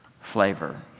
flavor